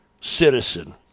citizen